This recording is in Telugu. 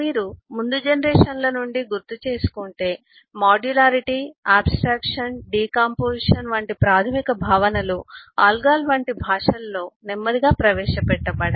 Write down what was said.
మీరు ముందు జనరేషన్ల నుండి గుర్తు చేసుకుంటే మాడ్యులారిటీ ఆబ్స్ ట్రాక్షన్ డీకంపోజిషన్ వంటి ప్రాథమిక భావనలు ALGOL వంటి భాషలలో నెమ్మదిగా ప్రవేశపెట్టబడ్డాయి